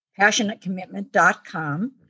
passionatecommitment.com